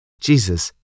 Jesus